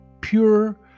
pure